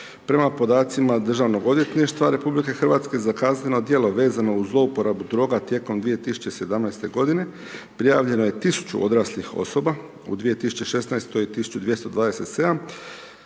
Prema podacima Državnog odvjetništva RH za kazneno djelo vezano uz zlouporabu droga tijekom 2017. godine prijavljeno je 1000 odraslih osoba, u 2016. 1227.,